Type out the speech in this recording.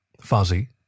Fuzzy